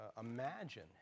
imagine